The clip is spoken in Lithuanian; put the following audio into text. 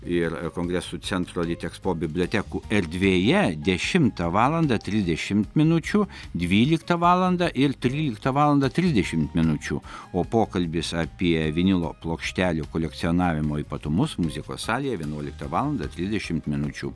ir kongresų centro litekspo bibliotekų erdvėje dešimtą valandą trisdešimt minučių dvyliktą valandą ir tryliktą valandą trisdešimt minučių o pokalbis apie vinilo plokštelių kolekcionavimo ypatumus muzikos salėje vienuoliktą valandą trisdešimt minučių